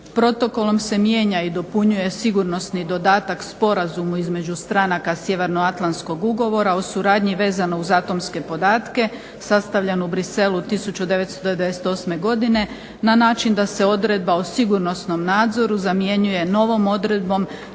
Protokolom se mijenja i dopunjuje sigurnosni dodatak Sporazumu između stranaka Sjevernoatlantskog ugovora o suradnji vezano uz atomske podatke sastavljen u Bruxellesu 1998. godine na način da se odredba o sigurnosnom nadzoru zamjenjuje novom odredbom